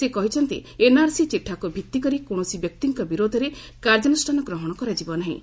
ସେ କହିଛନ୍ତି ଏନ୍ଆର୍ସି ଚିଠାକୁ ଭିତ୍ତିକରି କୌଣସି ବ୍ୟକ୍ତିଙ୍କ ବିରୋଧରେ କାର୍ଯ୍ୟାନୁଷାନ ଗ୍ରହଣ କରାଯିବ ନାହିଁ